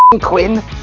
Quinn